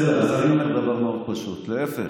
בסדר, אני אומר דבר מאוד פשוט: להפך,